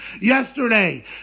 yesterday